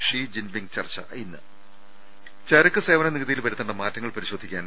she Jinping ചർച്ച ഇന്ന് ചരക്കുസേവന നികുതിയിൽ വരുത്തേണ്ട് മാറ്റങ്ങൾ പരിശോധിക്കാൻ